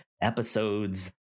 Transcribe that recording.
episodes